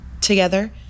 together